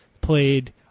played